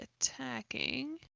attacking